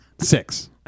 Six